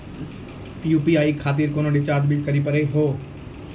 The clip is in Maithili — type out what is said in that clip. यु.पी.आई खातिर कोनो चार्ज भी भरी पड़ी हो?